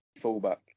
fullback